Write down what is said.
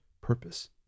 purpose